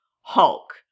hulk